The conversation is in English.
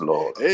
Lord